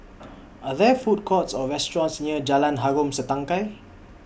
Are There Food Courts Or restaurants near Jalan Harom Setangkai